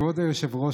כבוד היושב-ראש,